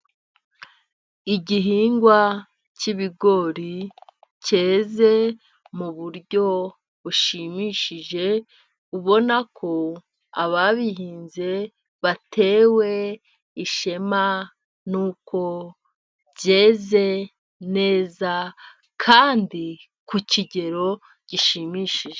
Igihingwa cy'ibigori cyeze mu buryo bushimishije, ubona ko ababihinze batewe ishema, nuko byeze neza kandi ku kigero gishimishije.